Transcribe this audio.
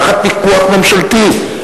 תחת פיקוח ממשלתי,